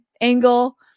Angle